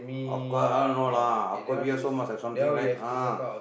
of course I know lah of course we also must have something right ah